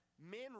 men